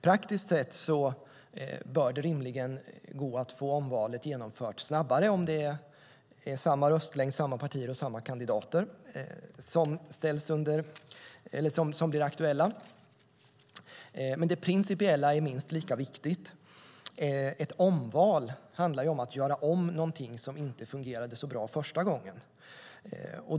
Praktiskt sett bör det rimligen gå att få omvalet genomfört snabbare om det är samma röstlängd, samma partier och samma kandidater som blir aktuella, men det principiella är minst lika viktigt. Ett omval handlar ju om att göra om någonting som inte fungerade bra första gången.